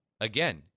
Again